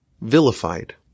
vilified